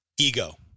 Ego